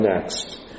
next